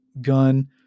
gun